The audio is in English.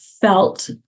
felt